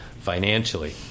financially